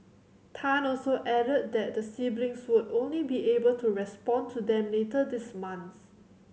Tan also added that the siblings should only be able to respond to them later this month